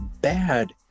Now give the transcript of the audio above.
bad